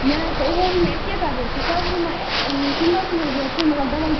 नहि तऽ ओहो रूममे एकेटा बेड छै सभ रूममे सिंगल सिंगल बेड छै मगर डबल